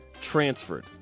transferred